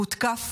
הותקף,